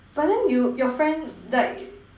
but then you your friend like